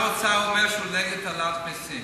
אני שמעתי ששר האוצר אומר שהוא נגד העלאת מסים.